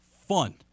fun